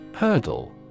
Hurdle